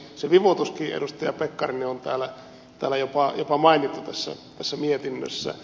se vivutuskin edustaja pekkarinen on jopa mainittu tässä mietinnössä